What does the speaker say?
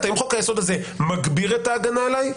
האם חוק-היסוד הזה מגביר את ההגנה עליי,